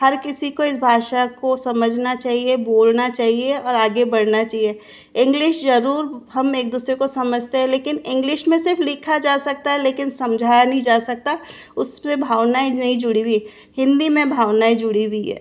हर किसी को इस भाषा को समझना चाहिए बोलना चाहिए और आगे बढ़ना चाहिए इंग्लिश ज़रूर हम एक दूसरे को समझते हैं लेकिन इंग्लिश में सिर्फ़ लिखा जा सकता है लेकिन समझाया नहीं जा सकता उसपे भावनाएँ नहीं जुड़ी हुई हिंदी में भावनाएँ जुड़ी हुई है